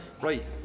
right